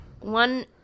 one